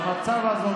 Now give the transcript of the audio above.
המצב הזה,